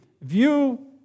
view